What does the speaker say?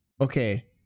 Okay